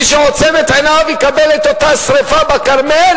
מי שעוצם את עיניו יקבל את אותה שרפה בכרמל